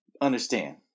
understand